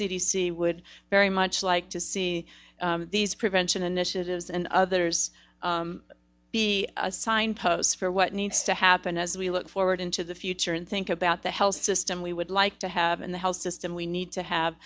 c d c would very much like to see these prevention initiatives and others be a signpost for what needs to happen as we look forward into the future and think about the health system we would like to have in the health system we need to have